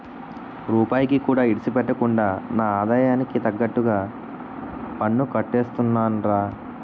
రూపాయికి కూడా ఇడిసిపెట్టకుండా నా ఆదాయానికి తగ్గట్టుగా పన్నుకట్టేస్తున్నారా